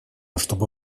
чтобы